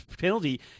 penalty